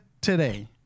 today